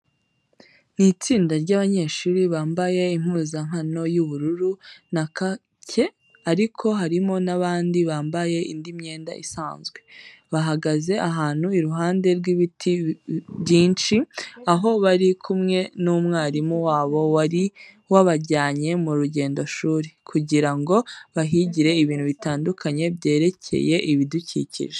Ni istinda ry'abanyeshuri bambaye impuzankano y'ubururu na kake ariko harimo n'abandi bambaye indi myenda isanzwe. Bahagaze ahantu iruhande rw'ibiti binshi, aho bari kumwe n'umwarimu wabo wari wabajyanye mu rugendoshuri kugira ngo bahigire ibintu bitandukanye byerekeye ibidukikije.